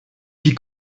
die